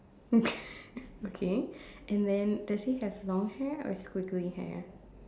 okay okay and then does he have long hair or squiggly hair